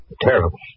Terrible